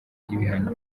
ibihano